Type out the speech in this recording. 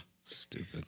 Stupid